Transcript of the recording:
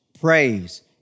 praise